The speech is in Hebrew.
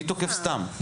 מי תוקף סתם?